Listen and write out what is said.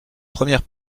première